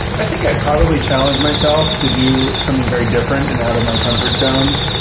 i think i'd probably challenge myself to do something very different and out of my comfort zone.